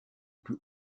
plus